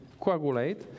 coagulate